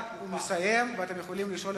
אבל אתם מפריעים לדיון.